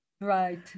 right